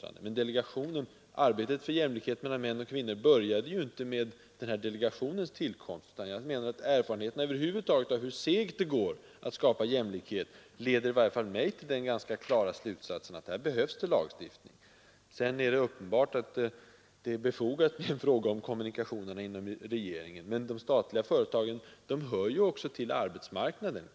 Arbetet för jämlikhet mellan män och kvinnor började ju inte med delegationens tillkomst. Erfarenheterna över huvud taget av hur segt det går att skapa jämlikhet leder i varje fall mig till den klara slutsatsen att här behövs lagstiftning. Det är uppenbart, att det är befogat att ställa en fråga om kommunikationerna inom regeringen. Men de statliga företagen hör ju också till arbetsmarknaden.